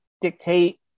dictate